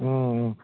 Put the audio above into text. ꯎꯝ ꯎꯝ